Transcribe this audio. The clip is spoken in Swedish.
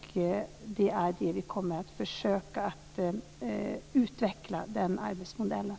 Vi kommer att försöka utveckla den arbetsmodellen.